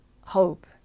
hope